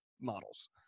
models